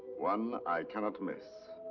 one i cannot miss.